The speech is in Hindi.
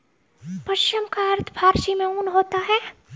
पश्म का अर्थ फारसी में ऊन होता है